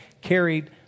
carried